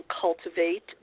cultivate